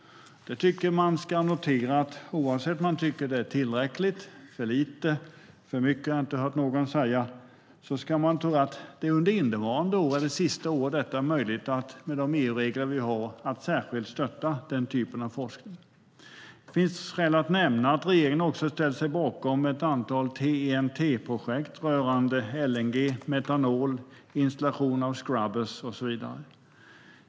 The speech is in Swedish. Det ska noteras, oavsett om man tycker att det är tillräckligt eller för lite - för mycket har jag inte hört någon säga - att innevarande år är det sista året som det är möjligt, med de EU-regler vi har, att särskilt stötta den typen av forskning. Det finns skäl att nämna att regeringen också har ställt sig bakom ett antal TEN-T-projekt rörande LNG, metanol, installation av skrubber och så vidare.